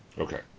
Okay